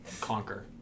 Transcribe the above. conquer